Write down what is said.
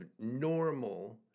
normal